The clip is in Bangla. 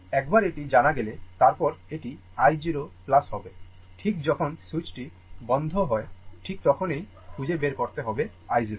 একবার এটি জানা গেলে তারপর এটি i 0 হবে ঠিক যখন সুইচটি বন্ধ হয় ঠিক তখনই খুঁজে বের করতে হবে i 0